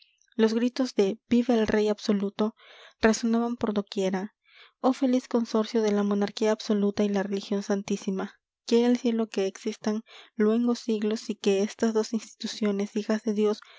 los gritos de viva el rey absoluto resonaban por doquiera oh feliz consorcio de la monarquía absoluta y la religión santísima quiera el cielo que existan luengos siglos y que estas dos instituciones hijas de dios